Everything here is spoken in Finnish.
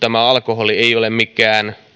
alkoholin haitat eivät ole mikään